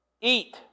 eat